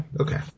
okay